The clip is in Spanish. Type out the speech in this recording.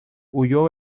huyó